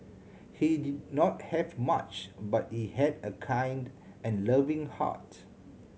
he did not have much but he had a kind and loving heart